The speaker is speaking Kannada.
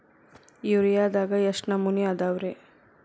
ಯೂರಿಯಾದಾಗ ಎಷ್ಟ ನಮೂನಿ ಅದಾವ್ರೇ?